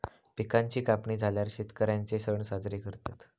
पिकांची कापणी झाल्यार शेतकर्यांचे सण साजरे करतत